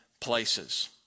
places